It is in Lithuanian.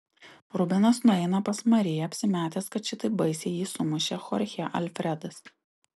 rubenas nueina pas mariją apsimetęs kad šitaip baisiai jį sumušė chorchė alfredas